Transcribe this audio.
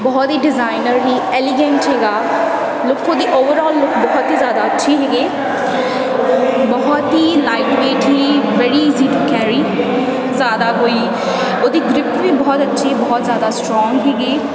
ਬਹੁਤ ਹੀ ਡਿਜ਼ਾਇਨਰ ਵੀ ਐਲੀਗੈਂਟ ਸੀਗਾ ਲੁੱਕ ਉਹਦੀ ਓਵਰਔਲ ਲੁੱਕ ਬਹੁਤ ਹੀ ਜ਼ਿਆਦਾ ਅੱਛੀ ਸੀਗੀ ਬਹੁਤ ਹੀ ਲਾਈਟਵੇਟ ਹੀ ਵੈਰੀ ਇਜ਼ੀ ਟੂ ਕੈਰੀ ਜ਼ਿਆਦਾ ਕੋਈ ਉਹਦੀ ਗ੍ਰਿੱਪ ਵੀ ਬਹੁਤ ਅੱਛੀ ਬਹੁਤ ਜ਼ਿਆਦਾ ਸਟਰੋਂਗ ਸੀਗੀ